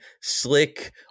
slick